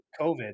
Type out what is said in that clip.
COVID